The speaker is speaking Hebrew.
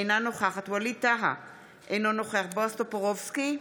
אינה נוכחת וליד טאהא, אינו נוכח בועז טופורובסקי,